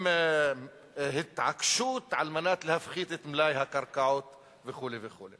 זה התעקשות על מנת להפחית את מלאי הקרקעות וכו' וכו'.